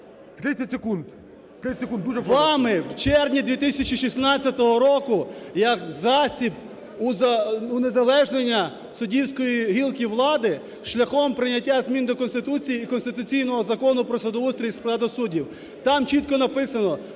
…вами в червні 2016 року як засіб унезалежнення суддівської гілки влади шляхом прийняття змін до Конституції і конституційного Закону про судоустрій з приводу суддів. Там чітко написано,